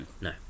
No